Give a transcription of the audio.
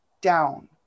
down